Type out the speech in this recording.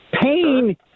pain